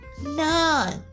none